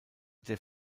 der